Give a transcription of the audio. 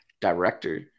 director